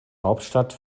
hauptstadt